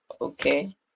Okay